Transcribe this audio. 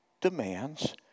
demands